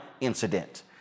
incident